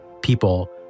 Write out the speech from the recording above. people